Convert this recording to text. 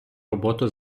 роботу